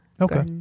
Okay